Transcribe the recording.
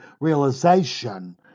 realization